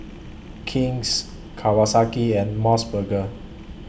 King's Kawasaki and Mos Burger